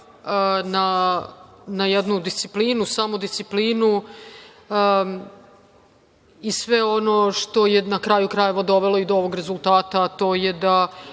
na jednu disciplinu, samodisciplinu i sve ono što je, na kraju krajeva, dovelo i do ovog rezultata, a to je da